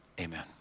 Amen